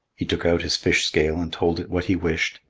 he took out his fish-scale and told it what he wished,